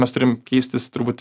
mes turim keistis turbūt